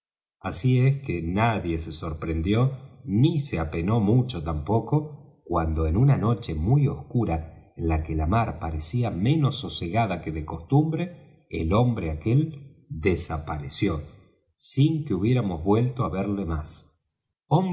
así es que nadie se sorprendió ni se apenó mucho tampoco cuando en una noche muy oscura en que la mar parecía menos sosegada que de costumbre el hombre aquel desapareció sin que hubiéramos vuelto á verle más